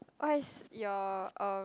what is your uh